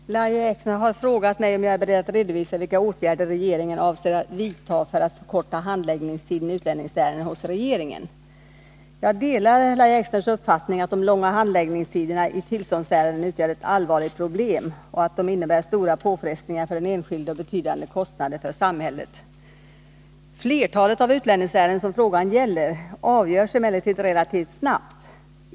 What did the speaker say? Herr talman! Lahja Exner har frågat mig om jag är beredd att redovisa vilka åtgärder regeringen avser vidta för att förkorta handläggningstiden i utlänningsärenden hos regeringen. Jag delar Lahja Exners uppfattning att de långa handläggningstiderna i tillståndsärenden utgör ett allvarligt problem och att de innebär stora påfrestningar för den enskilde och betydande kostnader för samhället. Flertalet av de utlänningsärenden som frågan gäller avgörs emellertid relativt snabbt.